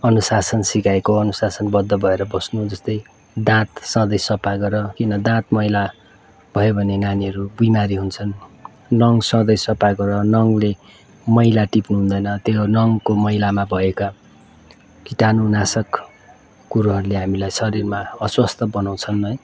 अनुशासन सिकाएको अनुशासनबद्ध भएर बस्नु जस्तै दाँत सधैँ सफा गर किन दाँत मैला भयो भने नानीहरू बिमारी हुन्छन् नङ सधैँ सफा गर नङले मैला टिप्नु हुँदैन त्यो नङको मैलामा भएका किटाणु नासक कुरोहरूले हामीलाई शरीरमा अस्वस्थ बनाउँछन् है